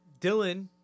Dylan